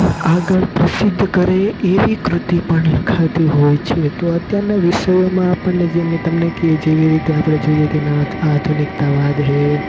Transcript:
આગળ પ્રસિદ્ધ કરે એવી કૃતિ પણ લખાતી હોય છે તો અત્યારના વિશ્વમાં આપણને જે મેં તમને કે જેવી રીતે આપણે જોઈએ તેમ આ આધુનિકતાવાદ છે